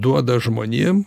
duoda žmonėm